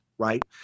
right